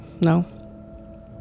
No